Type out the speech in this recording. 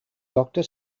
doctor